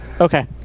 Okay